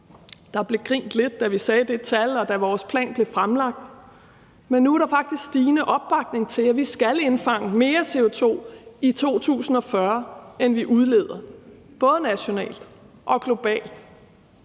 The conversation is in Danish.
Der blev grint lidt, da vi sagde det tal, og da vores plan blev fremlagt, men nu er der faktisk stigende opbakning til, at vi skal indfange mere CO2 i 2040, end vi udleder – både nationalt og globalt.